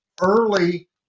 early